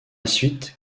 suite